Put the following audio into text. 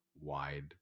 wide